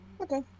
Okay